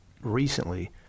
recently